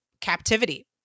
captivity